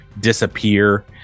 disappear